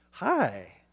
hi